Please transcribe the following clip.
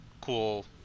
cool